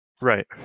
Right